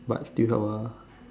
but still help ah